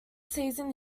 season